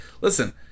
listen